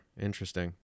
Interesting